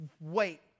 Wait